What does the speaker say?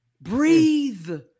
Breathe